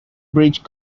bridge